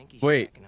Wait